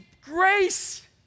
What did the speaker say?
grace